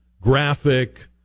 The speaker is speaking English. graphic